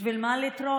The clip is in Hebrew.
בשביל מה לטרוח?